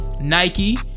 nike